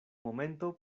momento